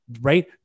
right